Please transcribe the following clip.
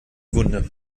wunde